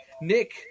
Nick